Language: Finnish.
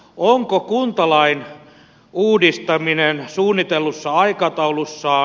onko kuntalain uudistaminen suunnitellussa aikataulussaan